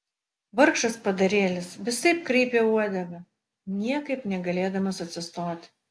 vargšas padarėlis visaip kraipė uodegą niekaip negalėdamas atsistoti